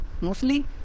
Mostly